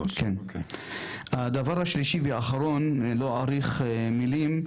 הדבר השלישי והאחרון, לא אאריך מילים.